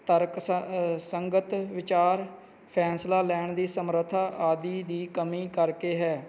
ਤਰਕ ਸ ਸੰਗਤ ਵਿਚਾਰ ਫੈਸਲਾ ਲੈਣ ਦੀ ਸਮਰੱਥਾ ਆਦਿ ਦੀ ਕਮੀ ਕਰਕੇ ਹੈ